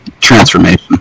transformation